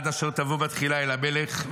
עד אשר תבוא בתחילה אל המלך,